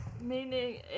Meaning